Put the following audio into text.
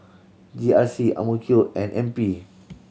G R C and N P